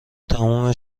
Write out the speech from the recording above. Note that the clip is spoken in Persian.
تموم